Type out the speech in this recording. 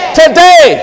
today